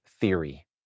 theory